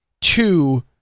two